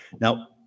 Now